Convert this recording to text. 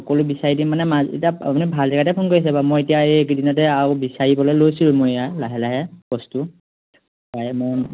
সকলো বিচাৰি দিম মানে মা এতিয়া মানে ভাল জেগাতে ফোন কৰিছে বাৰু মই এতিয়া এইকেইদিনতে আৰু বিচাৰিবলৈ লৈছিলোঁ মই ইয়াত লাহে লাহে বস্তু প্ৰায় মই